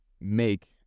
make